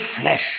flesh